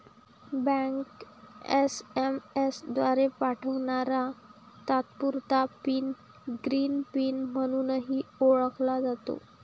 bank SMS द्वारे पाठवणारा तात्पुरता पिन ग्रीन पिन म्हणूनही ओळखला जातो